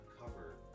cover